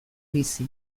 bizi